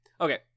okay